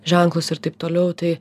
ženklus ir taip toliau tai